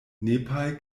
nepal